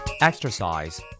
Exercise